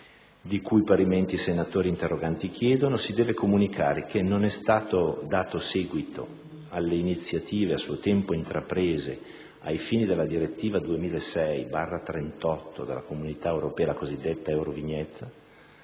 di cui parimenti i senatori interroganti chiedono, si deve comunicare che non è stato dato seguito alle iniziative a suo tempo intraprese ai fini della direttiva 2006/38/CE (la cosiddetta direttiva Eurovignette),